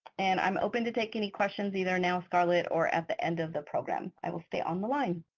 and i'm open to take any questions either now, scarlett, or at the end of the program. i will stay on the line.